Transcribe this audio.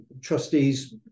trustees